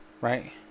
right